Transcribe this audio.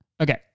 Okay